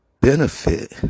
benefit